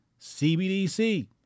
CBDC